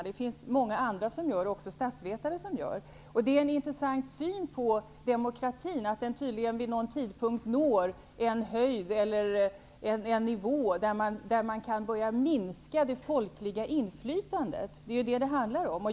Det finns många andra som gör det, även statsvetare. Det är en intressant syn på demokratin att den tydligen vid någon tidpunkt når en nivå där man kan börja minska det folkliga inflytandet. Det är ju detta det handlar om.